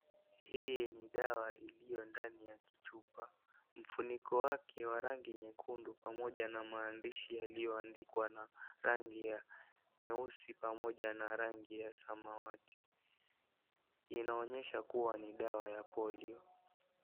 Hii ni dawa iliyo ndani ya kichupa. Mfuniko wake wa rangi nyekundu, pamoja na maandishi yaliyoandikwa na rangi ya nyeusi pamoja na rangi ya samawati. Inaonyesha kuwa ni dawa ya polio.